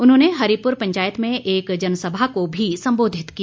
उन्होंने हरिपुर पंचायत में एक जनसभा को भी संबोधित किया